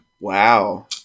Wow